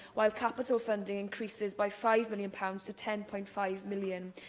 while capital funding increases by five million pounds to ten point five million